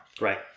right